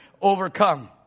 Overcome